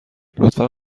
لطفا